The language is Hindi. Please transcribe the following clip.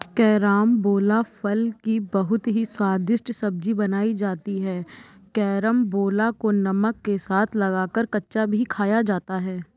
कैरामबोला फल की बहुत ही स्वादिष्ट सब्जी बनाई जाती है कैरमबोला को नमक के साथ लगाकर कच्चा भी खाया जाता है